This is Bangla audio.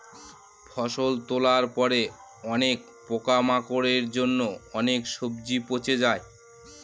ফসল তোলার পরে অনেক পোকামাকড়ের জন্য অনেক সবজি পচে যায়